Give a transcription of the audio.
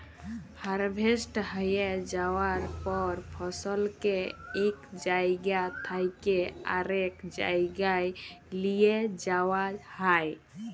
harvest হঁয়ে যাউয়ার পর ফসলকে ইক জাইগা থ্যাইকে আরেক জাইগায় লিঁয়ে যাউয়া হ্যয়